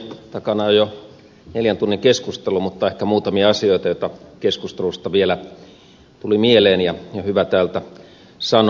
takana on jo neljän tunnin keskustelu mutta ehkä muutamia asioita joita keskustelusta tuli vielä mieleen ja on hyvä täältä sanoa